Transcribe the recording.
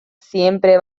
siempre